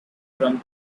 from